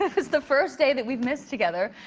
it was the first day that we've missed together.